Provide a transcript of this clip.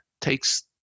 takes